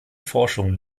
forschung